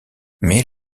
mais